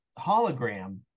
hologram